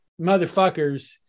motherfuckers